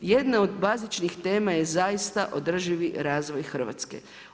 Jedna od bazičnih tema je zaista održivi razvoj Hrvatske.